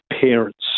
parents